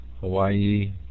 Hawaii